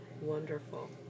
Wonderful